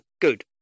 good